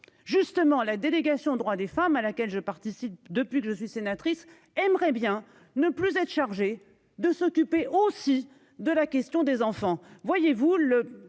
Justement la délégation aux droits des femmes à laquelle je participe depuis que je suis sénatrice aimerait bien ne plus être chargé de s'occuper aussi de la question des enfants. Voyez-vous